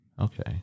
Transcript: Okay